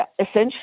Essentially